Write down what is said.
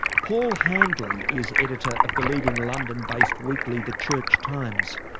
paul handley is editor of the leading london-based weekly, the church times.